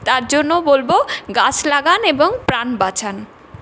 তার জন্যও বলবো গাছ লাগান এবং প্রাণ বাঁচান